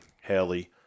Haley